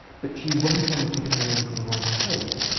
but she won't always be coming in from the right place,